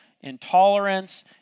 intolerance